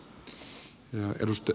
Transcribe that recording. selvä kiitos